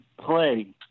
play